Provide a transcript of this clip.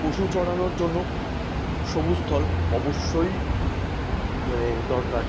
পশু চরানোর জন্য সবুজ স্থল অবশ্যই মানে দরকার